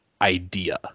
idea